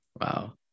Wow